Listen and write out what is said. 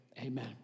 amen